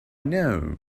know